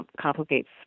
complicates